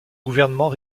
gouvernements